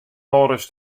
wolris